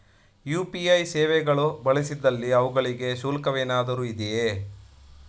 UPI ಸೇವೆಗಳು ಬಳಸಿದಲ್ಲಿ ಅವುಗಳಿಗೆ ಶುಲ್ಕವೇನಾದರೂ ಇದೆಯೇ?